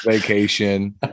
vacation